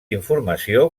informació